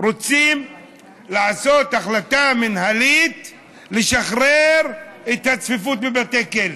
רוצים לעשות החלטה מינהלית לשחרר את הצפיפות בבתי הכלא,